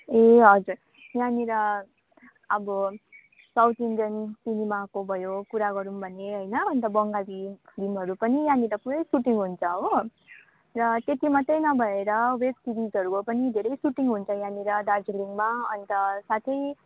ए हजुर यहाँनिर अब साउथ इन्डियन सिनेमाको भयो कुरा गरौँ भने होइन अन्त बङ्गाली फिल्महरू पनि यहाँनिर पुरै सुटिङ हुन्छ हो र त्यति मात्रै नभएर वेभ सिरिजहरूको पनि धेरै सुटिङ हुन्छ यहाँनिर दार्जिलिङमा अन्त साथै